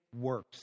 works